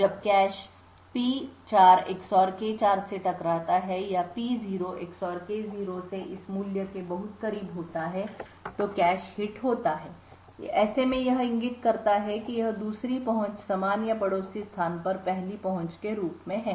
जब cache P4 XOR K4 से टकराता है या P0 XOR K0 के इस मूल्य के बहुत करीब होता है तो कैश हिट होता है ऐसे में यह इंगित करता है कि यह दूसरी पहुंच समान या पड़ोसी स्थान पर पहली पहुंच के रूप में है